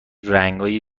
رنگای